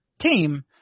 team